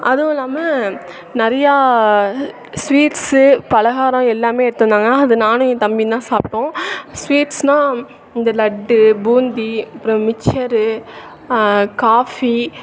அதுவும் இல்லாமல் நிறையா ஸ்வீட்ஸ்ஸு பலகாரம் எல்லாம் எடுத்து வந்தாங்க அது நானும் என் தம்பியும்தான் சாப்பிட்டோம் ஸ்வீட்ஸ்னா இந்த லட்டு பூந்தி அப்புறம் மிச்சரு காஃபி